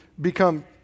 become